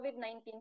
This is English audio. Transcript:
COVID-19